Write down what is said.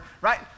right